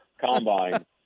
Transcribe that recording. combine